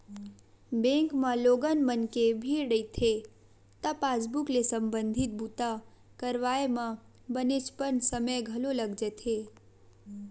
bank म लोगन मन के भीड़ रहिथे त पासबूक ले संबंधित बूता करवाए म बनेचपन समे घलो लाग जाथे